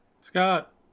scott